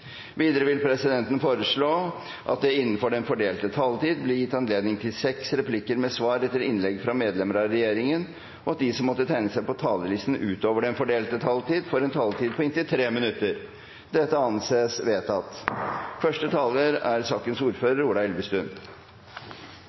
Videre vil presidenten foreslå at det – innenfor den fordelte taletid – blir gitt anledning til seks replikker med svar etter innlegg fra medlemmer av regjeringen, og at de som måtte tegne seg på talerlisten utover den fordelte taletid, får en taletid på inntil 3 minutter. – Det anses vedtatt. Først vil jeg takke komiteen for arbeidet med lovforslaget. Lovforslaget er